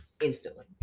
instantly